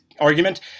argument